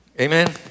Amen